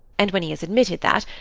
and when he has admitted that,